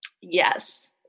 Yes